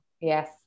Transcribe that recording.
Yes